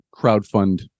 crowdfund